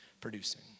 producing